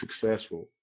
successful